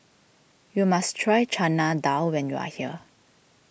you must try Chana Dal when you are here